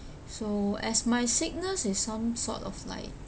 so as my sickness is some sort of like